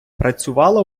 працювала